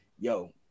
yo